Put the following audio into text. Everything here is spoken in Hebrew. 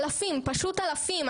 פשוט אלפים,